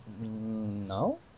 No